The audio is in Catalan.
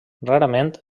rarament